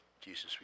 Jesus